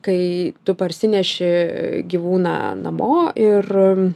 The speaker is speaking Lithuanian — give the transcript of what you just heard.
kai tu parsineši gyvūną namo ir